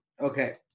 Okay